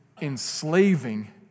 enslaving